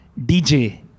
DJ